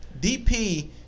DP